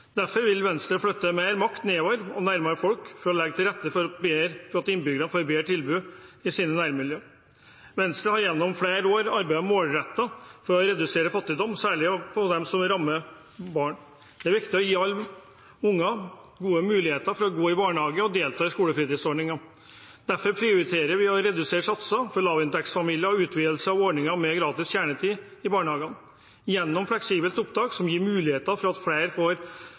Derfor vil Venstre flytte mer makt nedover, og nærmere folk, for å legge til rette for at innbyggerne får et bedre tilbud i sine nærmiljø. Venstre har gjennom flere år arbeidet målrettet for å redusere fattigdom, særlig den som rammer barn. Det er viktig å gi alle barn gode muligheter for å gå i barnehage og delta i skolefritidsordningen. Derfor prioriterer vi å redusere satser for lavinntektsfamilier og utvidelse av ordningen med gratis kjernetid i barnehagene gjennom fleksibelt opptak, noe som gir muligheter for at flere får